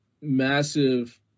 massive